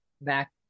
Back